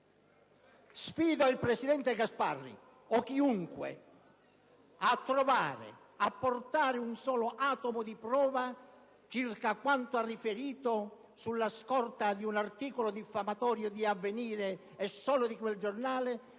Sfido il presidente Gasparri o chiunque a trovare, a portare un solo atomo di prova circa quanto ha riferito sulla scorta di un articolo diffamatorio del quotidiano «Avvenire», e solo di quel giornale,